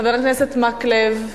חבר הכנסת מקלב.